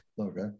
okay